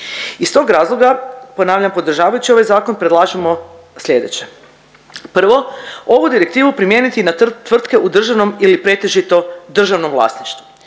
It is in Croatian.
Iz tog razloga ponavljam, podržavajući ovaj zakon predlažemo sljedeće, prvo ovu direktivu primijeniti na tvrtke u državnom ili pretežito državnom vlasništvu.